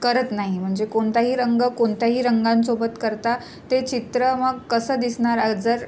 करत नाही म्हणजे कोणताही रंग कोणत्याही रंगासोबत करता ते चित्र मग कसं दिसणार आ जर